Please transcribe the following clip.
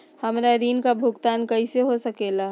हमरा ऋण का भुगतान कैसे हो सके ला?